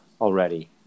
already